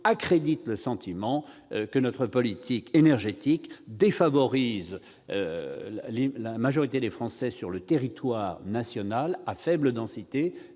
accrédite le sentiment que notre politique énergétique défavorise la majorité des Français sur la partie du territoire national à faible densité,